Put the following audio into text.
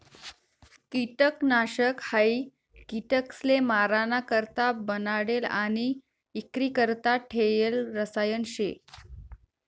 किटकनाशक हायी किटकसले माराणा करता बनाडेल आणि इक्रीकरता ठेयेल रसायन शे